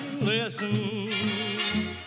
listen